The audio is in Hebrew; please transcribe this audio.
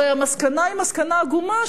הרי המסקנה היא מסקנה עגומה,